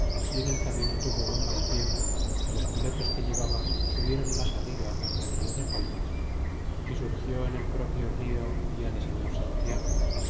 y en el camino tuvo un mal tiempo y los pilotos que lle vaba subiéron mas arriba hcia el rio de palmas y surgió en el propio rio dia de señor santiago